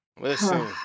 Listen